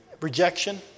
rejection